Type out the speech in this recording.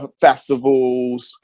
festivals